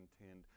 intend